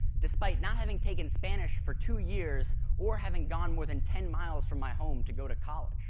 despite not having taken spanish for two years or having gone more than ten miles from my home to go to college